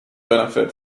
benefit